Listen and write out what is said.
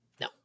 No